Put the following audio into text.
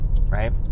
right